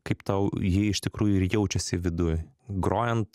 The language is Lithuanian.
kaip tau ji iš tikrųjų ir jaučiasi viduj grojant